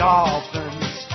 Dolphins